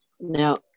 Now